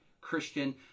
Christian